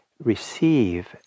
receive